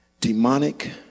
demonic